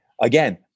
Again